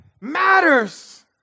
matters